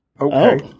Okay